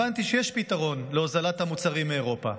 הבנתי שיש פתרון להוזלת המוצרים מאירופה.